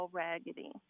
raggedy